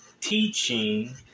teaching